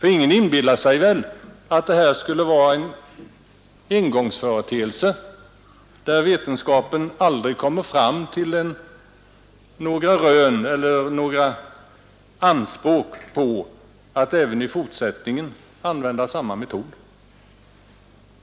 Ingen inbillar sig väl att detta är en engångsföreteelse och att vetenskapen aldrig kommer att göra anspråk på att även i fortsättningen använda samma metod?